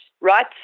right